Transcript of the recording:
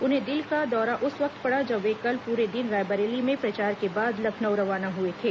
उन्हें दिल का दौरा उस वक्त पड़ा जब वे कल पूरे दिन रायबरेली में प्रचार के बाद लखनऊ रवाना हुए थे